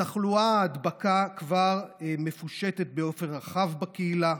התחלואה, ההדבקה, כבר מפושטת באופן רחב בקהילה,